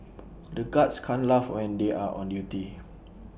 the guards can't laugh when they are on duty